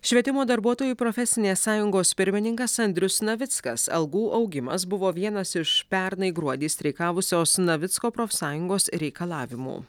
švietimo darbuotojų profesinės sąjungos pirmininkas andrius navickas algų augimas buvo vienas iš pernai gruodį streikavusios navicko profsąjungos reikalavimų